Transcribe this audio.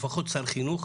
לפחות שר חינוך,